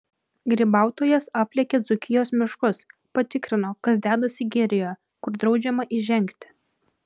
grybautojas aplėkė dzūkijos miškus patikrino kas dedasi girioje kur draudžiama įžengti